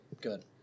Good